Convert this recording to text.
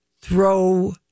throw